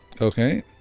Okay